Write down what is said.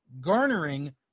garnering